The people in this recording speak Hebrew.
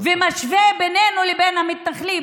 ומשווה בינינו לבין המתנחלים,